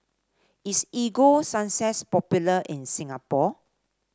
is Ego Sunsense popular in Singapore